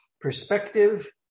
perspective